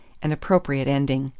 an appropriate ending.